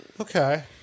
Okay